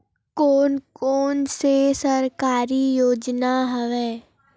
कोन कोन से सरकारी योजना हवय?